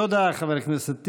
תודה, חבר הכנסת טיבי.